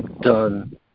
done